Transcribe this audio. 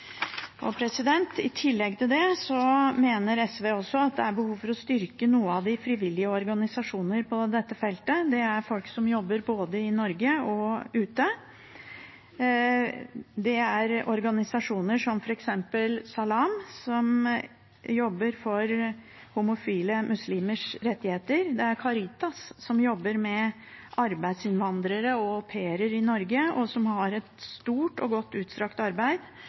I tillegg til det mener SV også at det er behov for å styrke noen av de frivillige organisasjonene på dette feltet, folk som jobber både i Norge og ute. Det er organisasjoner som f.eks. Salam, som jobber for homofile muslimers rettigheter, det er Caritas, som jobber med arbeidsinnvandrere og au pairer i Norge og har et stort, godt og utstrakt arbeid,